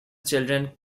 children